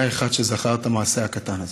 היה אחד שזכר את המעשה הקטן הזה.